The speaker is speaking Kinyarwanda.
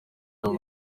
abo